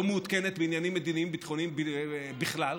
מעודכנת בעניינים מדיניים-ביטחוניים בכלל,